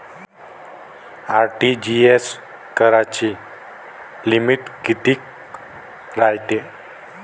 RTGS कराची limit कितीक रायते?